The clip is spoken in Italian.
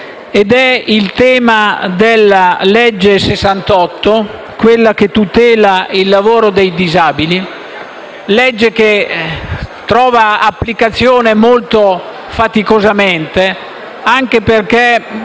è il tema della legge n. 68 del 1999 che tutela il lavoro dei disabili; legge che trova applicazione molto faticosamente, anche perché